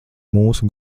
mūsu